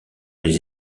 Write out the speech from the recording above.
les